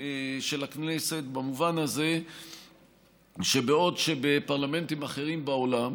של הכנסת במובן הזה שבעוד שבפרלמנטים אחרים בעולם